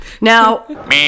Now